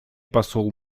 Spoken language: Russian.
посол